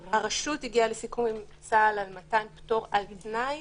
הרשות הגיעה לסיכום עם צה"ל על מתן פטור על תנאי